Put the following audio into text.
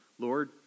Lord